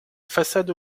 façade